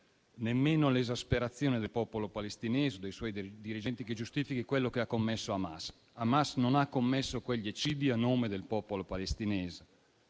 nemmeno l'esasperazione del popolo palestinese e dei suoi dirigenti, che giustifichi quello che ha commesso Hamas. Hamas non ha commesso quegli eccidi a nome del popolo palestinese.